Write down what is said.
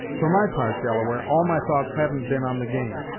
for my part, delaware, all my thoughts haven't been on the game,